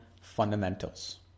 fundamentals